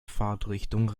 fahrtrichtung